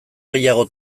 gehiago